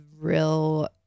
real